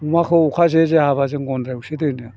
अमाखौ अखा जे जे हाबा जों गन्द्रायावसो दोनो